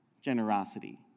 generosity